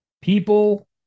People